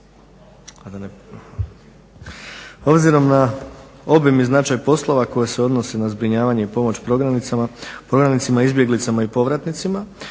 Obzirom na obim i značaj poslova koje se odnosi na zbrinjavanje i pomoć prognanicima, izbjeglicama i povratnicima,